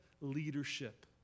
leadership